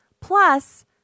plus